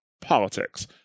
politics